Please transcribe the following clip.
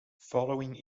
following